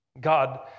God